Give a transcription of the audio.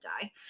die